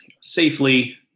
safely